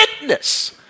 witness